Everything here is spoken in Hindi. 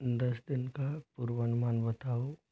दस दिन का पूर्वानुमान बताओ